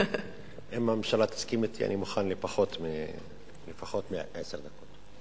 הממשלה תסכים אתי, אני מוכן לפחות מעשר דקות.